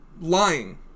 lying